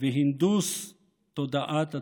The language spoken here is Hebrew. והנדוס תודעת הציבור.